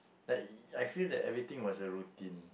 that I feel that everything was a routine